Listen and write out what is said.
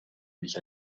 mich